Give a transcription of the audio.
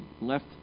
left